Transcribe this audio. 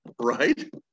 right